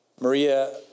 Maria